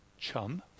chum